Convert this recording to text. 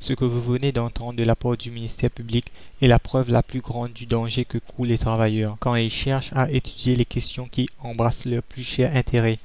ce que vous venez d'entendre de la part du ministère public est la preuve la plus grande du danger que courent les travailleurs quand ils cherchent à étudier les questions qui embrassent leurs plus chers intérêts